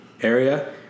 area